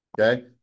Okay